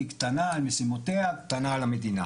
היא קטנה על משימותיה, קטנה על המדינה.